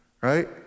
right